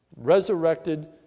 resurrected